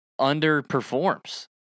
underperforms